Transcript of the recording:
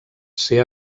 ser